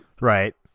Right